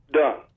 done